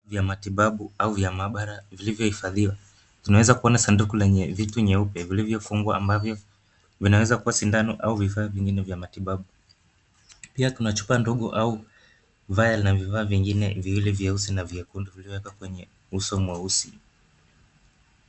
Vya matibabu au vya maabara viliyohifadhiwa. Tunaweza kuona sanduku lenye vitu nyeupe vilivyofungwa ambavyo vinaweza kuwa sindano au vifaa vingine vya matibabu. Pia Kuna chupa dogo au vifaa vingine vilivyo vyeusi na vyekundu vilivyowekwa kwenye uso mweusi.